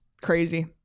Crazy